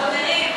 חברים,